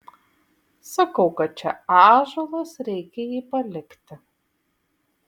sakau kad čia ąžuolas reikia jį palikti